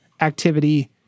activity